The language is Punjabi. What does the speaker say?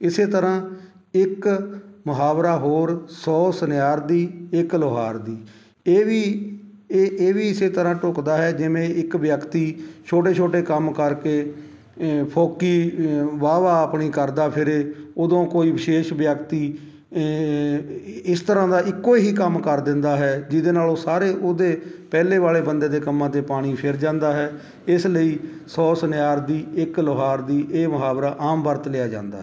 ਇਸੇ ਤਰ੍ਹਾਂ ਇੱਕ ਮੁਹਾਵਰਾ ਹੋਰ ਸੌ ਸੁਨਿਆਰ ਦੀ ਇੱਕ ਲੁਹਾਰ ਦੀ ਇਹ ਵੀ ਇ ਇਹ ਵੀ ਇਸੇ ਤਰ੍ਹਾਂ ਢੁੱਕਦਾ ਹੈ ਜਿਵੇਂ ਇੱਕ ਵਿਅਕਤੀ ਛੋਟੇ ਛੋਟੇ ਕੰਮ ਕਰਕੇ ਫੋਕੀ ਵਾਹ ਵਾਹ ਆਪਣੀ ਕਰਦਾ ਫਿਰੇ ਉਦੋਂ ਕੋਈ ਵਿਸ਼ੇਸ਼ ਵਿਅਕਤੀ ਇਸ ਤਰ੍ਹਾਂ ਦਾ ਇੱਕੋ ਹੀ ਕੰਮ ਕਰ ਦਿੰਦਾ ਹੈ ਜਿਹਦੇ ਨਾਲ ਉਹ ਸਾਰੇ ਉਹਦੇ ਪਹਿਲੇ ਵਾਲੇ ਬੰਦੇ ਦੇ ਕੰਮਾਂ 'ਤੇ ਪਾਣੀ ਫਿਰ ਜਾਂਦਾ ਹੈ ਇਸ ਲਈ ਸੌ ਸੁਨਿਆਰ ਦੀ ਇੱਕ ਲੁਹਾਰ ਦੀ ਇਹ ਮੁਹਾਵਰਾ ਆਮ ਵਰਤ ਲਿਆ ਜਾਂਦਾ